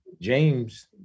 James